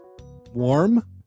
Warm